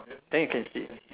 then you can sit